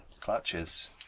clutches